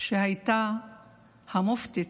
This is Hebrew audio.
שהייתה המופתית,